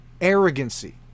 Arrogancy